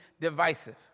divisive